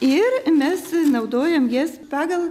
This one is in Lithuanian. ir mes naudojam jas pagal